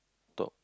top